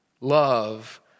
love